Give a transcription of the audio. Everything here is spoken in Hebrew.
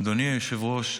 אדוני היושב-ראש,